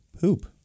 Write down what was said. Poop